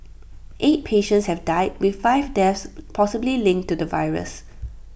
eight patients have died with five deaths possibly linked to the virus